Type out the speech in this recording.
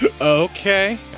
okay